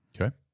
okay